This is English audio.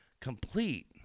complete